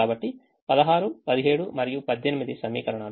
కాబట్టి 16 17 మరియు 18 సమీకరణాలు